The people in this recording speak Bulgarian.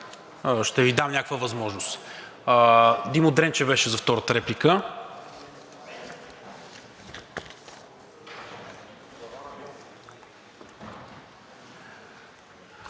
ще Ви дам някаква възможност. Димо Дренчев беше за втората реплика.